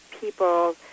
people